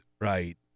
right